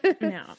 No